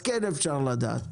אם כן, כן אפשר לדעת.